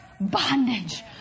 bondage